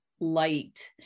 Light